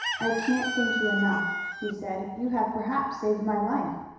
i can't thank you enough, he said. you have perhaps saved my life.